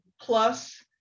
plus